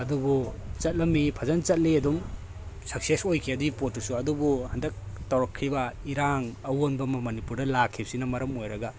ꯑꯗꯨꯕꯨ ꯆꯠꯂꯝꯃꯤ ꯐꯖꯅ ꯆꯠꯂꯤ ꯑꯗꯨꯝ ꯁꯛꯁꯦꯁ ꯑꯣꯏꯈꯤ ꯑꯗꯨꯒꯤ ꯄꯣꯠꯇꯨꯁꯨ ꯑꯗꯨꯕꯨ ꯍꯟꯗꯛ ꯇꯧꯔꯛꯈꯤꯕ ꯏꯔꯥꯡ ꯑꯑꯣꯟꯕ ꯑꯃ ꯃꯅꯤꯄꯨꯔꯗ ꯂꯥꯛꯈꯤꯕꯁꯤꯅ ꯃꯔꯝ ꯑꯣꯏꯔꯒ